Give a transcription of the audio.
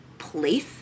place